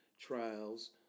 trials